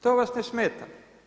To vas ne smeta.